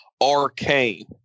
arcane